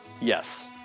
yes